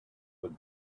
with